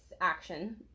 action